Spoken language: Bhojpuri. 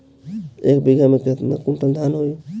एक बीगहा में केतना कुंटल धान होई?